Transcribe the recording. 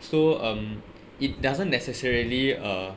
so um it doesn't necessarily uh